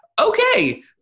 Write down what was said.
okay